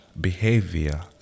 behavior